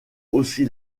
aussi